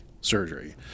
surgery